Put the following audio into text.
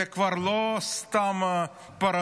זה כבר לא סתם פראנויות.